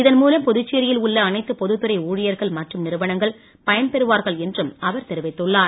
இதன்மூலம் புதுச்சேரியில் உள்ள அனைத்து பொதுத்துறை ஊழியர்கள் மற்றும் நிறுவனங்கள் பயன்பெறுவார்கள் என்றும் அவர் தெரிவித்துள்ளார்